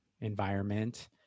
environment